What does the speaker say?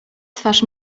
twarz